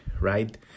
right